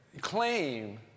claim